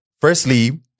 firstly